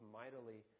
mightily